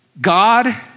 God